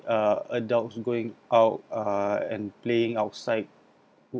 uh adults going out and playing outside